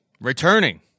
returning